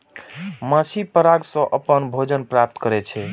माछी पराग सं अपन भोजन प्राप्त करै छै